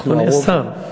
אדוני השר,